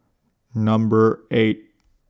Number eight